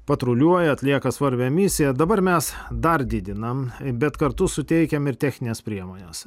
patruliuoja atlieka svarbią misiją dabar mes dar didinam bet kartu suteikiam ir technines priemones